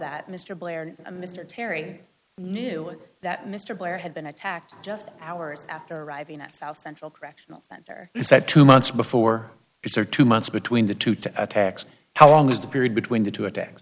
that mr blair and mr terry knew that mr blair had been attacked just hours after arriving at the central correctional center he said two months before this or two months between the two to attacks how long is the period between the two attacks